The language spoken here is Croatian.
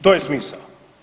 To je smisao.